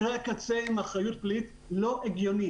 מקרה קצה עם אחריות פלילית לא הגיוני.